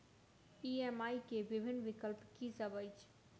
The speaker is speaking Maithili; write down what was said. ई.एम.आई केँ विभिन्न विकल्प की सब अछि